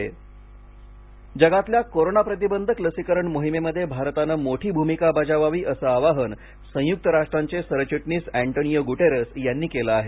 संयुक्त राष्ट्र लस जगातल्या कोरोना प्रतिबंधक लसीकरण मोहिमेमध्ये भारताने मोठी भूमिका बजावावी असं आवाहन संयुक्त राष्ट्राचे सरचिटणीस अँटोनियो गुटेरेस यांनी केलं आहे